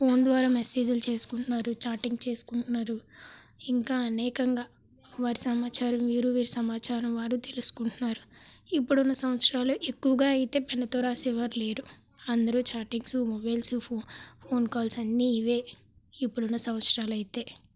phone ద్వారా మెసేజ్లు చేసుకుంటున్నారు చాటింగ్ చేసుకుంటున్నారు ఇంకా అనేకంగా వారి సమాచారం వీరు వీరి సమాచారం వారు తెలుసుకుంటున్నారు ఇప్పుడున్న సంవత్సరాలు ఎక్కువగా అయితే పెన్ను తో రాసేవారు లేరు అందరూ chattings mobiles phone phone calls అన్నీ ఇవే ఇప్పుడున్న సంవత్సరాలయితే